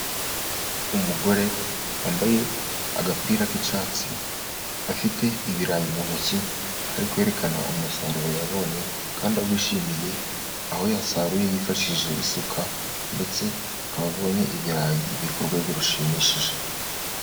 Umugore wambaye agapira k'icyatsi, afite ibirayi mu ntoki, ari kwerekana umusaruro yabonye kandi awishimiye, aho yasaruye yifashishije isuka, ndetse akaba abonye ibirayi biri ku rwego rushimishije.